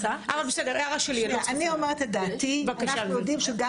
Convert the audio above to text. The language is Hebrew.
שנייה, אני אומרת את דעתי, אנחנו יודעים שגם